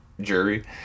jury